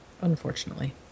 Unfortunately